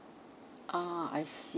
ah I see